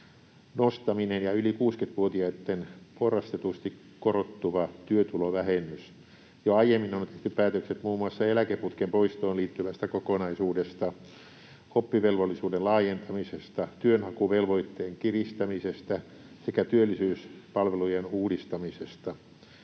nostaminen ja yli 60-vuotiaitten porrastetusti korottuva työtulovähennys. Jo aiemmin on tehty päätökset muun muassa eläkeputken poistoon liittyvästä kokonaisuudesta, oppivelvollisuuden laajentamisesta, työnhakuvelvoitteen kiristämisestä sekä työllisyyspalvelujen uudistamisesta.